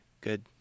good